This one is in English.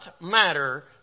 matter